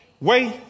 wait